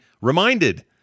reminded